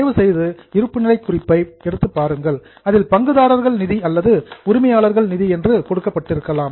தயவுசெய்து இருப்புநிலைக் குறிப்பை எடுத்து பாருங்கள் அதில் பங்குதாரர்கள் நிதி அல்லது உரிமையாளர்கள் நிதி என்று கொடுக்கப்பட்டிருக்கலாம்